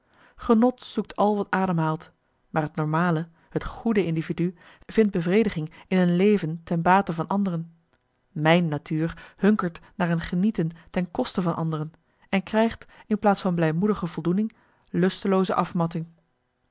genot zoekt al wat ademhaalt maar het normale het goede individu vindt bevrediging in een leven ten bate van anderen mijn natuur hunkert naar een genieten ten koste van anderen en krijgt in plaats van blijmoedige voldoening lustelooze afmatting